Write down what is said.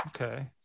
Okay